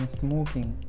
smoking